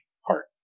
heart